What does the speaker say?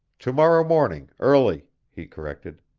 to-morrow morning, early, he corrected.